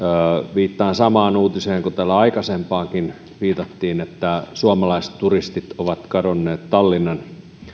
viittaan samaan uutiseen kuin täällä aikaisemminkin viitattiin että suomalaiset turistit ovat kadonneet tallinnan